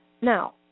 Now